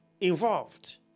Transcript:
involved